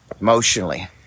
emotionally